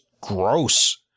gross